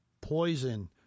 poison